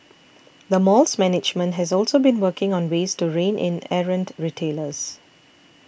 the mall's management has also been working on ways to rein in errant retailers